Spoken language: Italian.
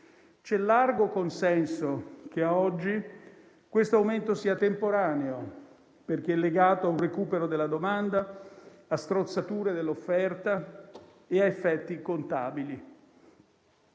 C'è largo consenso che, a oggi, questo aumento sia temporaneo, perché legato a un recupero della domanda, a strozzature dell'offerta e a effetti contabili.